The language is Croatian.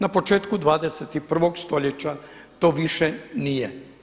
Na početku 21. stoljeća to više nije.